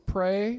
Pray